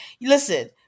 listen